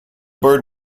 bird